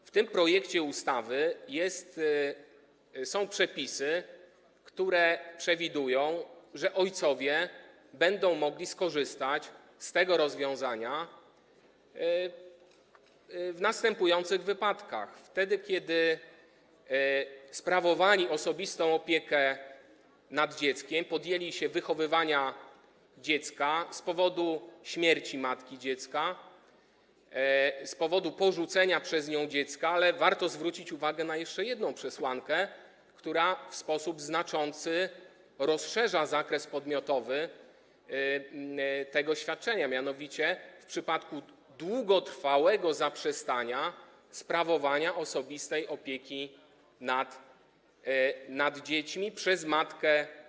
W tym projekcie ustawy są przepisy, które przewidują, że ojcowie będą mogli skorzystać z tego rozwiązania w następujących wypadkach - wtedy kiedy sprawowali osobistą opiekę nad dzieckiem, podjęli się wychowywania dziecka z powodu śmierci matki dziecka, z powodu porzucenia przez nią dziecka, ale i - warto zwrócić uwagę na jeszcze jedną przesłankę, która w sposób znaczący rozszerza zakres podmiotowy tego świadczenia - w przypadku długotrwałego zaprzestania sprawowania osobistej opieki nad dziećmi przez matkę.